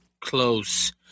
Close